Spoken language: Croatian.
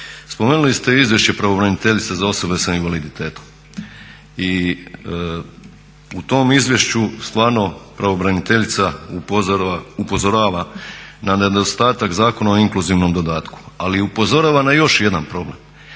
Spomenuli ste izvješće pravobraniteljice za osobe sa invaliditetom i u tom izvješću stvarno pravobraniteljica upozorava na nedostatak Zakona o inkluzivnom dodatku. Ali upozorava na još jedan problem,